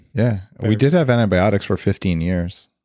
yeah. we did have antibiotics for fifteen years